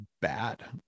bad